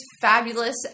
Fabulous